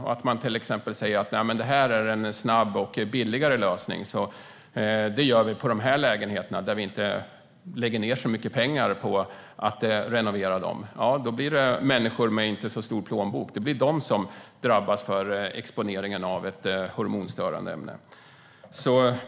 Risken är att man tar till det som en snabbare och billigare lösning för lägenheter där man inte lägger ned så mycket pengar på renovering. Då drabbas människor med liten plånbok genom att de exponeras för ett hormonstörande ämne.